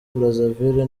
brazzaville